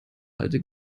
alte